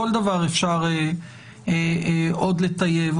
כל דבר אפשר עוד לטייב,